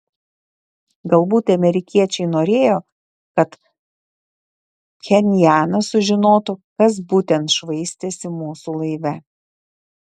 galbūt amerikiečiai norėjo kad pchenjanas sužinotų kas būtent švaistėsi mūsų laive